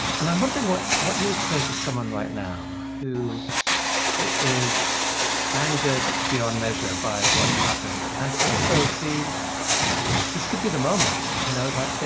and i'm wondering what what you would say to someone right now who is angered beyond measure by what's happened, and also sees this could be the moment, you know, like,